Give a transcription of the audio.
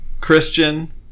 Christian